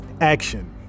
action